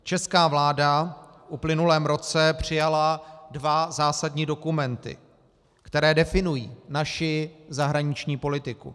Česká vláda v uplynulém roce přijala dva zásadní dokumenty, které definují naši zahraniční politiku.